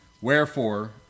Wherefore